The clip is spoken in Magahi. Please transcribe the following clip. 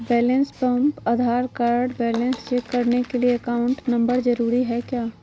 Balance pump Aadhaar card balance check करने के लिए अकाउंट नंबर जरूरी है क्या?